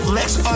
lets